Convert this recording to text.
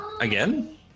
Again